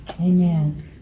Amen